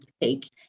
take